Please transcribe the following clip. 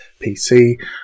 PC